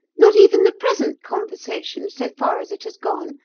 not even the present conversation, so far as it has gone,